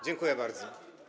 Dziękuję bardzo.